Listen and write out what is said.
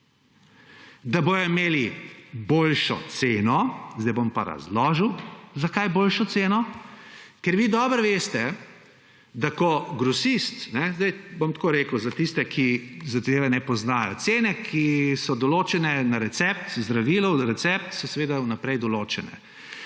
da bodo imeli boljšo ceno. Zdaj bom pa razložil, zakaj boljšo ceno. Ker vi dobro veste, da ko grosist … Bom tako rekel za tiste, ki zadeve ne poznajo. Cene, ki so določene za zdravilo na recept, so seveda vnaprej določene.